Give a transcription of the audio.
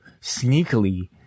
sneakily